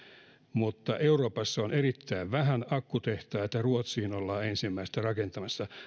mutta euroopassa on erittäin vähän akkutehtaita ruotsiin ollaan ensimmäistä rakentamassa